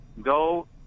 go